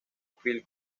phil